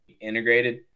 integrated